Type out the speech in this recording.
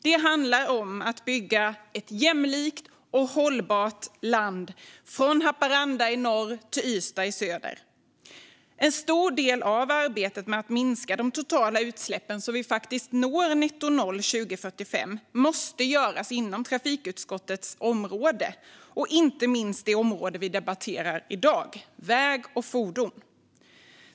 Det handlar om att bygga ett jämlikt och hållbart land från Haparanda i norr till Ystad i söder. En stor del av arbetet med att minska de totala utsläppen så att vi faktiskt når nettonoll 2045 måste göras inom trafikutskottets område och inte minst inom det område vi debatterar i dag, nämligen väg och fordon.